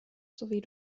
sowie